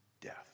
death